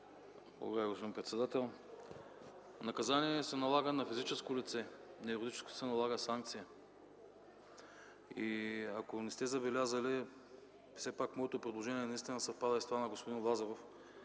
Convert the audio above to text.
Благодаря, господин председател. Наказание се налага на физическо лице, на юридическо се налага санкция. Ако не сте забелязали, моето предложение наистина съвпада с това на господин Лазаров.